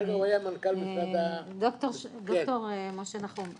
אחרי זה הוא היה מנכ"ל משרד --- ד"ר משה נחום,